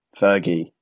Fergie